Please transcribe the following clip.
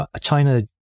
china